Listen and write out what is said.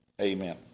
Amen